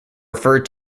referred